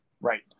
Right